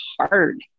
hard